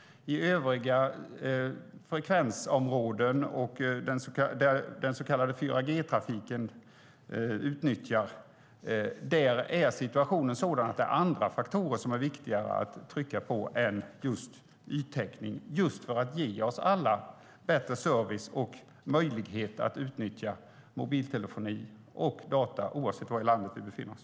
I övriga frekvensområden där den så kallade 4G-trafiken utnyttjas är situationen sådan att det är andra faktorer som är viktigare att trycka på än yttäckning, just för att ge oss alla bättre service och möjlighet att utnyttja mobiltelefoni och data oavsett var i landet vi befinner oss.